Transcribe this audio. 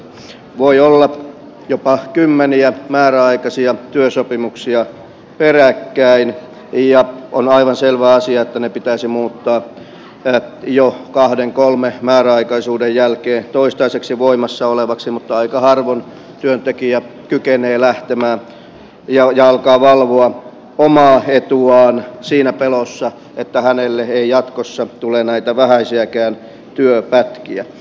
voi olla jopa kymmeniä määräaikaisia työsopimuksia peräkkäin ja on aivan selvä asia että ne pitäisi muuttaa jo kahden kolmen määräaikaisuuden jälkeen toistaiseksi voimassa oleviksi mutta aika harvoin työntekijä kykenee lähtemään siihen että alkaa valvoa omaa etuaan siinä pelossa että hänelle ei jatkossa tule näitä vähäisiäkään työpätkiä